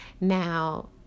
Now